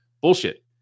Bullshit